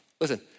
Listen